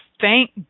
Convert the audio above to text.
thank